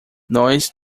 nós